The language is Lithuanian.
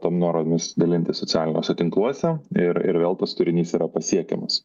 tom nuorodomis dalintis socialiniuose tinkluose ir ir vėl tas turinys yra pasiekiamas